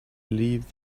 believe